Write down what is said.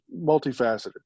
multifaceted